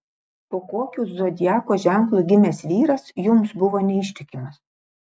po kokiu zodiako ženklu gimęs vyras jums buvo neištikimas